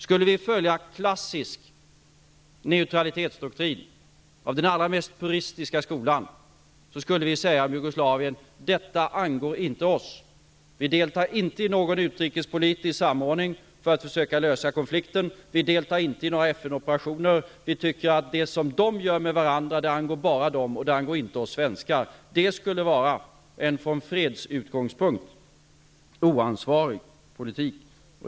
Skulle vi följa klassisk neutralitetsdoktrin av den mest puristiska skolan, skulle vi säga att det som händer i Jugoslavien inte angår oss. Vi deltar inte i någon utrikespolitisk samordning för att försöka lösa konflikten. Vi deltar inte i några FN-operationer. Vi tycker att det som de gör med varandra bara angår dem och inte oss svenskar. Detta skulle vara en från fredsutgångspunkt oansvarig politik.